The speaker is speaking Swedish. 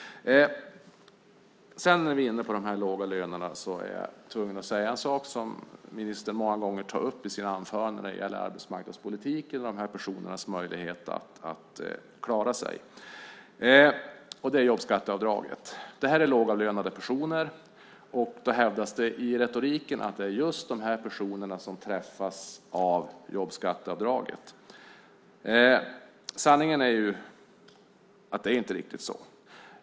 När vi nu är inne på låga löner är jag tvungen att säga en sak om något som ministern många gånger tar upp i sina anföranden när det gäller arbetsmarknadspolitik om dessa personers möjlighet att klara sig. Det handlar om jobbskatteavdraget. Det handlar om lågavlönade personer, och då hävdas det i retoriken att det är just de här personerna som träffas av jobbskatteavdraget. Sanningen är ju att det inte riktigt är så.